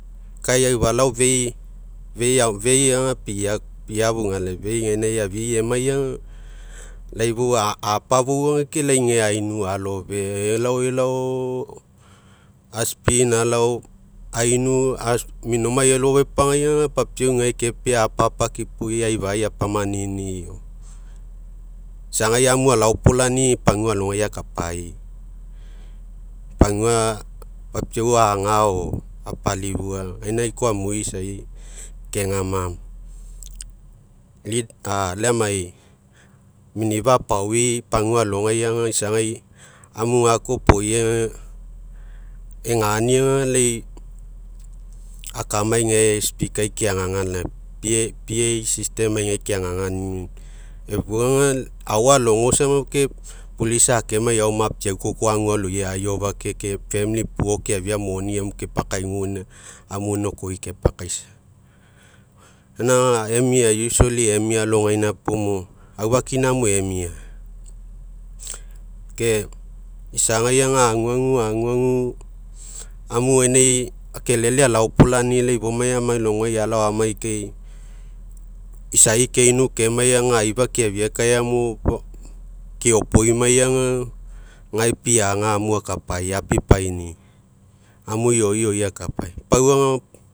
Kai aofalao fei bia fouga laifania, fei gaina eafi emai ga, lai fou apafou ga, ke lai gae fou ainu alofe, elao alao, a alao, ainu minomai elofepagai, papiau gai kepea apapakipoi, aifai apanini'i, isagai amu alaopolani'i pagua alogai akapai. Pagua, papiau aga o apalifua, gaina koa amui isai kegama lai amai, minifa'a apaoi, pagua alogai ga isagai amu gakao iopoi ga, egani ga, lai akamai gae keagaga laina gai keagaga ni, efua ga, ao alogo sama ke aoma puo apiau koko ago aloiai, aiofake ke puo keafia moni kepakaigugaina, amu gaina oko kepakaisa. Gaina ga emia emia alogaina puo mo aufakina mo emia, ke isagai ga aguagu, aguagu, amu ginai, kelele alaopolani'i ifomai emai logoai aloamai kai, isai keinu kemai ga, aifa keafia mo keopoimai ga, gae piaga, akapa apipaini, amu ioioi akapai, pau auga.